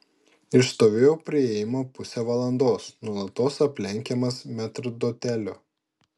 išstovėjau prie įėjimo pusę valandos nuolatos aplenkiamas metrdotelio